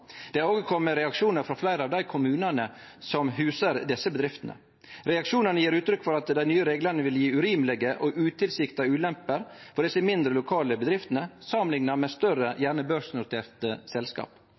Det har òg kome reaksjonar frå fleire av dei kommunane som husar desse bedriftene. Reaksjonane gjev uttrykk for at dei nye reglane vil gje urimelege og utilsikta ulemper for desse mindre, lokale bedriftene, samanlikna med større